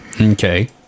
Okay